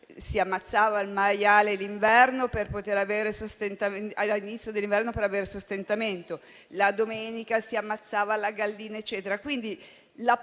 si ammazzava il maiale all'inizio dell'inverno per poter avere sostentamento, la domenica si ammazzava la gallina e